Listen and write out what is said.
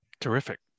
Terrific